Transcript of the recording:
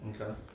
Okay